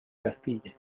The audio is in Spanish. castilla